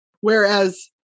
Whereas